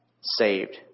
saved